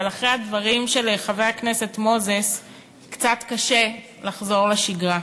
אבל אחרי הדברים של חבר הכנסת מוזס קצת קשה לחזור לשגרה,